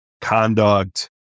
conduct